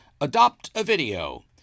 Adopt-A-Video